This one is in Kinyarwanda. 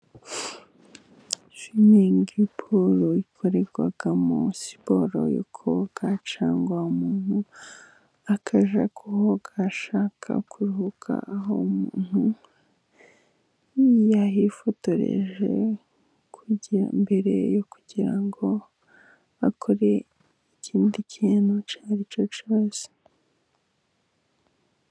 Swimingi ikorerwamo skizajajam, smiporo yo koga, cyangwa umuntu akajya koga ashaka kuruhuka. Aho umuntu yayifotoreje , mbere yo kugira ngo akore ikindi kintu icyo ari cyo cyose.